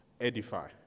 edify